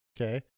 Okay